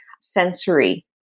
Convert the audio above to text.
sensory